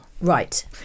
Right